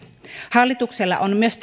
hallituksella on myös